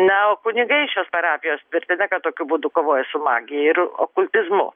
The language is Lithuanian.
na o kunigai šios parapijos tvirtina kad tokiu būdu kovoja su magija ir okultizmu